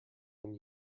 when